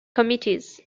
committees